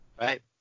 Right